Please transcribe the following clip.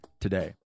today